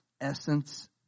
Essence